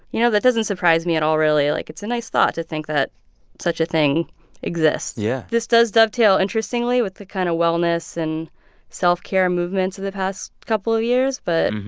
you know? that doesn't surprise me at all, really. like, it's a nice thought to think that such a thing exists yeah this does dovetail, interestingly, with the kind of wellness and self-care movements of the past couple of years. but,